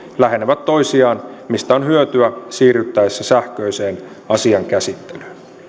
lähenevät toisiaan mistä on hyötyä siirryttäessä sähköiseen asiankäsittelyyn